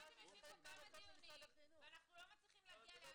אם אתם יושבים פה כמה דיונים ואנחנו לא מצליחים להגיע לאן